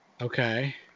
Okay